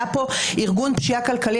היה פה ארגון פשיעה כלכלי,